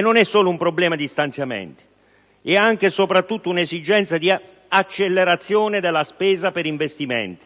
Non è solo un problema di stanziamenti, ma è anche e soprattutto un'esigenza di accelerazione della spesa per investimenti.